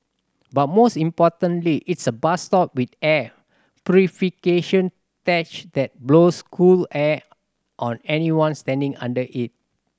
but most importantly it's a bus stop with air purification tech that blows cool air on anyone standing under it